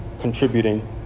contributing